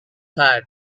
hat